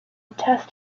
attests